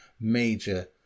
major